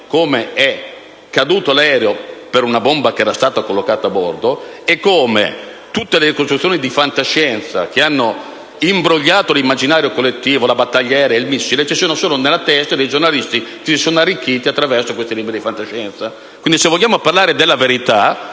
come l'aereo è caduto per una bomba collocata a bordo e come tutte le ricostruzioni di fantascienza, che hanno imbrogliato l'immaginario collettivo - la battaglia aerea, il missile - sono solo nella testa dei giornalisti che si sono arricchiti attraverso questi libri di fantascienza. Se vogliamo parlare della verità,